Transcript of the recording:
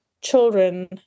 children